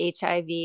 HIV